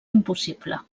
impossible